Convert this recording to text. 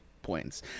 Points